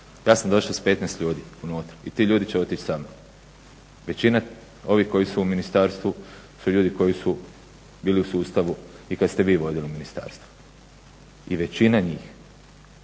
Ja sam došao s 15 ljudi unutra i ti ljudi će otić samnom. Većina ovih koji su u ministarstvu su ljudi koji su bili u sustavu i kad ste vi vodili ministarstvo i većina njih